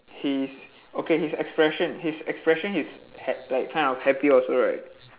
he's okay his expression his expression is ha~ like kind of happy also right